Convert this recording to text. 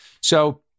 So-